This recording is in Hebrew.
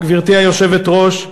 גברתי היושבת-ראש,